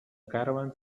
caravans